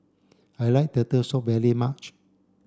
I like turtle soup very much